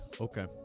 Okay